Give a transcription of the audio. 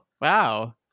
wow